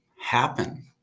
happen